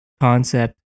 concept